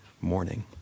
morning